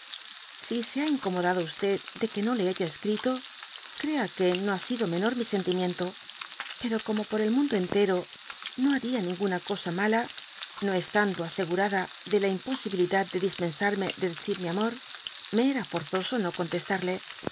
si se ha incomodado de que no le haya escrito crea que no ha sido menor mi sentimiento pero como por el mundo entero no haría ninguna cosa mala f no estando asegurada de la imposibilidad de dispensarme de decir mi amor me era forzoso no contestarle